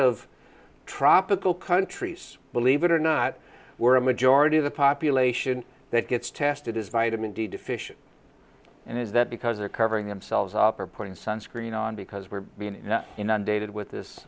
of tropical countries believe it or not we're a majority of the population that gets tested as vitamin d deficient and is that because they're covering themselves up or putting sunscreen on because we're being inundated with this